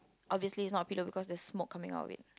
obviously it's not a pillow because there's smoke coming out of it